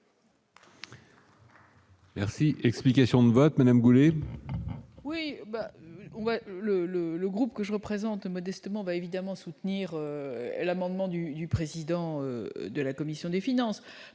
Merci, explications de vote Madame Goulet.